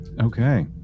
Okay